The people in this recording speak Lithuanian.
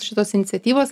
šitos iniciatyvos